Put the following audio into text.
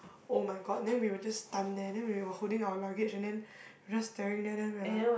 [oh]-my-god then we were just stunned there then we were holding our luggage and then we're just staring there then we are like